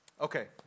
Okay